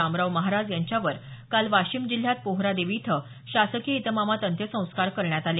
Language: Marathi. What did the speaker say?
रामराव महाराज यांच्यावर काल वाशिम जिल्ह्यात पोहरादेवी इथं शासकीय इतमामात अंत्यसंस्कार करण्यात आले